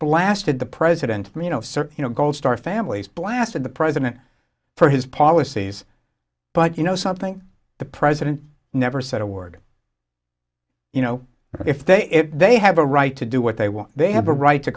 blasted the president you know sir you know gold star families blasted the president for his policies but you know something the president never said a word you know if they if they have a right to do what they want they have a right to